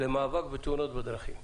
למאבק בתאונות הדרכים,